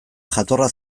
jatorra